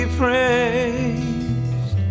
praised